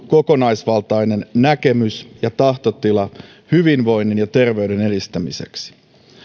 kokonaisvaltainen näkemys ja tahtotila hyvinvoinnin ja terveyden edistämiseksi